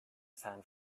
sound